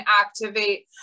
activate